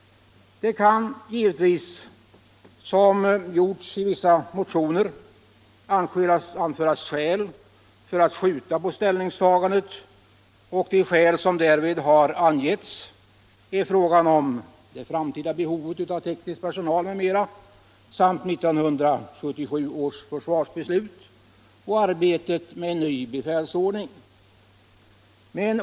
Det kan givetvis, som gjorts i vissa motioner, anföras skäl för att skjuta på ställningstagandet, och de skälen är frågan om det framtida behovet av teknisk personal m.m., 1977 års försvarsbeslut och arbetet med en ny befälsordning.